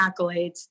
accolades